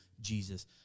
Jesus